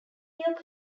year